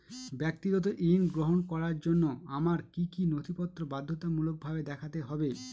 ব্যক্তিগত ঋণ গ্রহণ করার জন্য আমায় কি কী নথিপত্র বাধ্যতামূলকভাবে দেখাতে হবে?